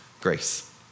grace